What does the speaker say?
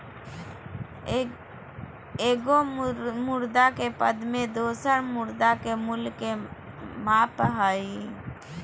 एगो मुद्रा के पद में दोसर मुद्रा के मूल्य के माप हइ